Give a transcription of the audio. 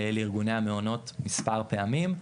לארגוני המעונות מספר פעמים,